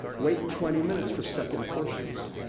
wait twenty minutes for second portions,